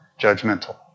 judgmental